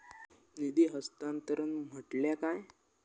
निधी हस्तांतरण म्हटल्या काय?